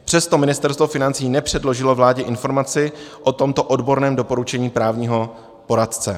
Přesto Ministerstvo financí nepředložilo vládě informaci o tomto odborném doporučení právního poradce.